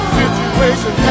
situation